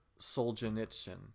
Solzhenitsyn